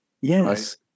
Yes